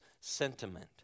sentiment